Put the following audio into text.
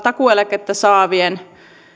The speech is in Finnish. takuueläkettä saavien